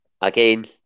Again